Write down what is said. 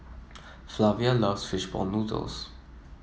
Flavia loves fish ball noodles